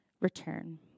return